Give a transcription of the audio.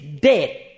dead